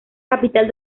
capital